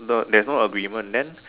no there's no agreement then